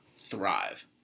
thrive